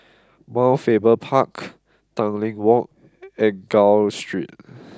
Mount Faber Park Tanglin Walk and Gul Street